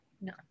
no